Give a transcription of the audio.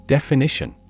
Definition